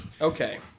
Okay